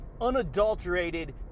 unadulterated